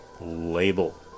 label